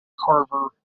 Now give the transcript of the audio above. carver